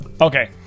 Okay